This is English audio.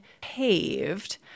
paved